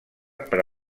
per